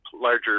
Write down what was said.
larger